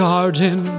Garden